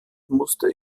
musste